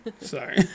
Sorry